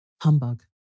Humbug